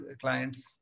clients